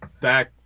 back